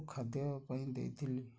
ଖାଦ୍ୟ ପାଇଁ ଦେଇଥିଲି